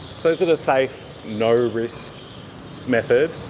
so is it a safe, no-risk method,